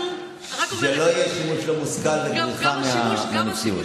שלא יהיה שימוש לא מושכל לבריחה מהמציאות.